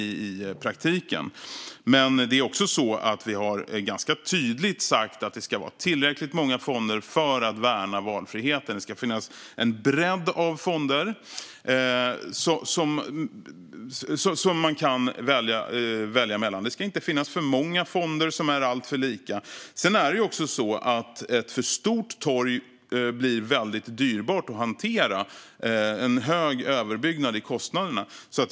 Men vi har också ganska tydligt sagt att det ska vara tillräckligt många fonder för att värna valfriheten. Det ska finnas en bredd av fonder som man kan välja mellan. Det ska inte finnas för många fonder som är alltför lika. Ett alltför stort torg blir också väldigt dyrbart att hantera. Det blir en hög överbyggnad i kostnaderna.